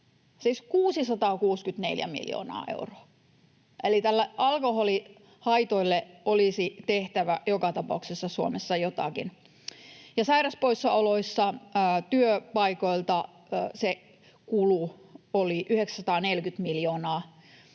siis 664 miljoonaa euroa. Eli alkoholihaitoille olisi tehtävä joka tapauksessa Suomessa jotakin. Sairauspoissaoloissa työpaikoilta se kulu oli 940 miljoonaa